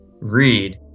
read